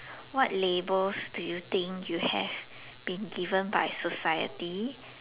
what labels do you think you have been given by society